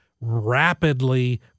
rapidly